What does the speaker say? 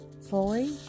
fully